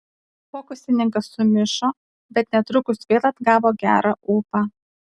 fokusininkas sumišo bet netrukus vėl atgavo gerą ūpą